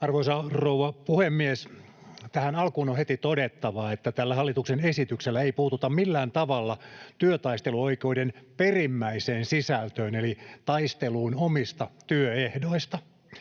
Arvoisa rouva puhemies! Tähän alkuun on heti todettava, että tällä hallituksen esityksellä ei puututa millään tavalla työtaisteluoikeuden perimmäiseen sisältöön eli taisteluun omista työehdoista.